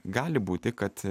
gali būti kad